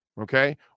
Okay